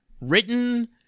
written